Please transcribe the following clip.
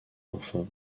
enfants